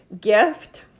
gift